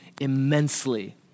immensely